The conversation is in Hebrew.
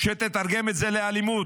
שתתרגם את זה לאלימות.